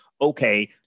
okay